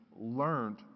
learned